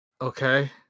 okay